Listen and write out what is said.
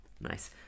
Nice